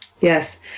yes